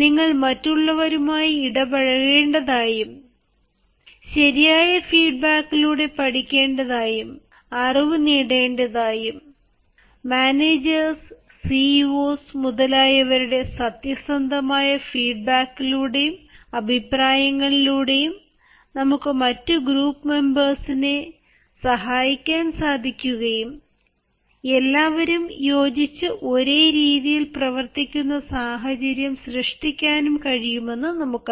നിങ്ങൾ മറ്റുള്ളവരുമായി ഇടപഴകേണ്ടതായും ശരിയായ ഫീഡ്ബാക്കിലൂടെ പഠിക്കേണ്ടതായും അറിവ് നേടേണ്ടതായും മാനേജർസ് CEOs മുതലായവരുടെ സത്യസന്ധമായ ഫീഡ്ബാക്കിലൂടെയും അഭിപ്രായങ്ങളിലൂടെയും നമുക്ക് മറ്റു് ഗ്രൂപ്പ് മെമ്പേർസിനെ സഹായിക്കാൻ സാധിക്കുകയും എല്ലാവരും യോജിച്ചു ഒരേ രീതിയിൽ പ്രവർത്തിക്കുന്ന സാഹചര്യം സൃഷ്ടിക്കാനും കഴിയുമെന്ന് നമുക്കറിയാം